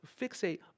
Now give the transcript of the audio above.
Fixate